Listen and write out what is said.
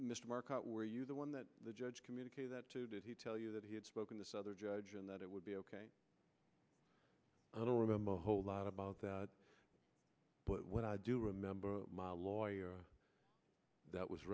mr mark out where you the one that the judge communicate that to tell you that he had spoken to other judge and that it would be ok i don't remember a whole lot about that but what i do remember my lawyer that was